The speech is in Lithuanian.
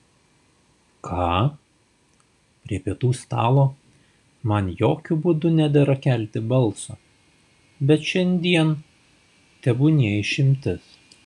ką prie pietų stalo man jokiu būdu nedera kelti balso bet šiandien tebūnie išimtis